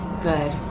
good